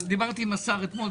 דיברתי עם השר אתמול.